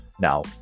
Now